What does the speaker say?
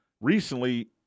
recently –